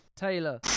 Taylor